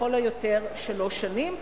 לכל היותר שלוש שנים.